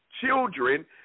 children